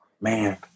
Man